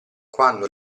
quando